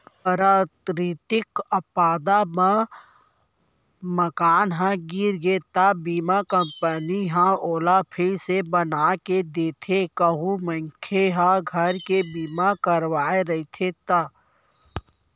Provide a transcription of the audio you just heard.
पराकरितिक आपदा म मकान ह गिर गे त बीमा कंपनी ह ओला फिर से बनाके देथे कहूं मनखे ह घर के बीमा करवाय रहिथे ता